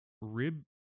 Rib